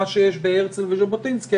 מה שיש בהרצל וז'בוטינסקי,